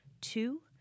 Two